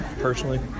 Personally